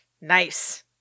Nice